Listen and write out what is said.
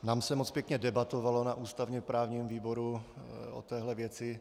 Nám se moc pěkně debatovalo na ústavněprávním výboru o této věci.